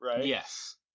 Yes